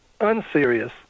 unserious